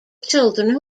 children